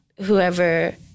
whoever